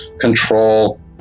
control